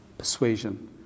persuasion